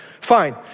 fine